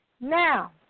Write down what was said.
Now